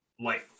life